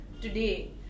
today